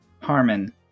Harmon